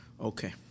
Okay